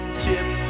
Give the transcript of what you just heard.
chip